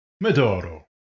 Medoro